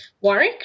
Warwick